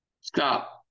stop